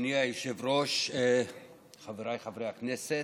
אדוני היושב-ראש, חבריי חברי הכנסת,